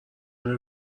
میره